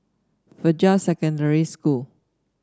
Fajar Secondary School